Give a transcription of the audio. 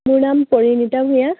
মোৰ নাম পৰিণীতা ভূঞা